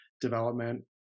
development